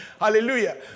Hallelujah